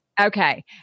Okay